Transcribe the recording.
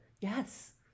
yes